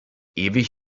ewig